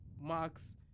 Max